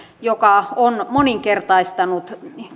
joka on moninkertaistanut